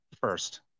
first